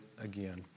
again